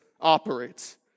operates